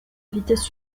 vitesse